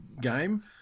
game